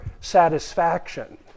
satisfaction